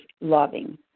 loving